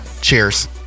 Cheers